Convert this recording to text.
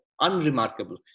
unremarkable